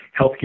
healthcare